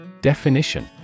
Definition